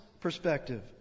perspective